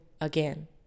again